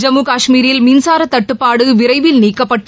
ஜம்மு காஷ்மீரில் மின்சார தட்டுப்பாடு விரைவில் நீக்கப்பட்டு